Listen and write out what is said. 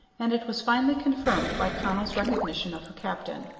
and it was finally confirmed by connell's recognition of her captain.